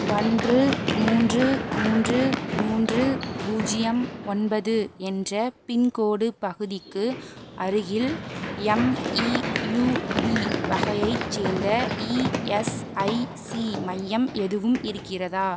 ஒன்று மூன்று மூன்று மூன்று பூஜ்ஜியம் ஒன்பது என்ற பின்கோடு பகுதிக்கு அருகில் எம்இயூடி வகையைச் சேர்ந்த இஎஸ்ஐசி மையம் எதுவும் இருக்கிறதா